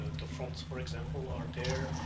ah the fonts, for example are there